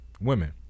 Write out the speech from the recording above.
Women